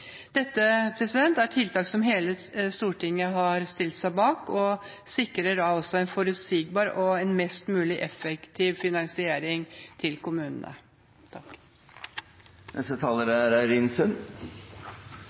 Dette er tiltak som hele Stortinget har stilt seg bak, og som sikrer en forutsigbar og mest mulig effektiv finansiering til kommunene.